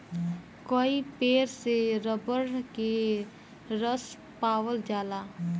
कई पेड़ से रबर के रस पावल जाला